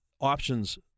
options